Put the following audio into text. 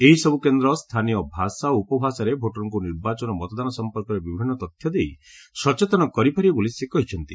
ଏହିସବୁ କେନ୍ଦ୍ର ସ୍ଥାନୀୟ ଭାଷା ଓ ଉପଭାଷାରେ ଭୋଟରଙ୍କୁ ନିର୍ବାଚନ ଓ ମତଦାନ ସଂପର୍କରେ ବିଭିନ୍ନ ତଥ୍ୟ ଦେଇ ସଚେତନ କରିପାରିବେ ବୋଲି ସେ କହିଛନ୍ତି